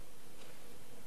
וזה שיש ככה,